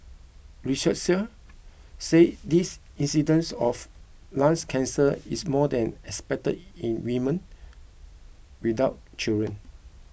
researchers said this incidence of lungs cancer is more than expected in women without children